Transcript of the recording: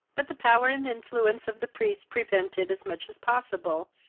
but the power and influence of the priests prevented, as much as possible,